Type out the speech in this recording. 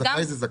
זכאי זה זכאי.